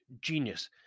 genius